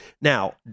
Now